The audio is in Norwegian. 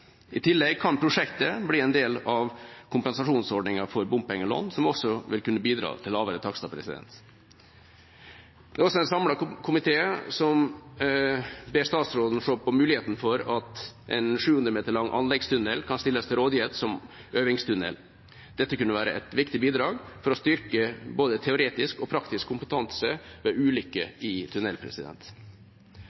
I tillegg kan prosjektet bli en del av kompensasjonsordningen for bompengelån, som også vil kunne bidra til lavere takster. Det er også en samlet komité som ber statsråden se på muligheten for at en 700 meter lang anleggstunnel kan stilles til rådighet som øvingstunnel. Dette kunne være et viktig bidrag for å styrke både teoretisk og praktisk kompetanse ved